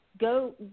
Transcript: Go